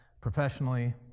professionally